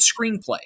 Screenplay